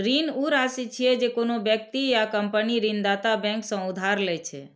ऋण ऊ राशि छियै, जे कोनो व्यक्ति या कंपनी ऋणदाता बैंक सं उधार लए छै